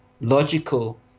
logical